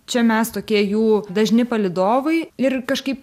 čia mes tokie jų dažni palydovai ir kažkaip